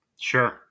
Sure